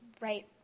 right